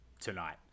tonight